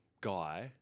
guy